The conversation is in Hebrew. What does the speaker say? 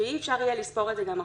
שאי אפשר גם לספור את זה גם אחורה.